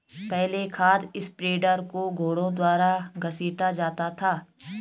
पहले खाद स्प्रेडर को घोड़ों द्वारा घसीटा जाता था